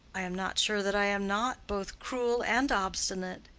i am not sure that i am not both cruel and obstinate.